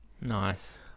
Nice